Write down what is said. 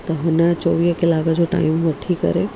त हुन चोवीह कलाक जो टाइम वठी करे